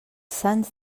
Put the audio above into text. sants